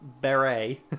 Beret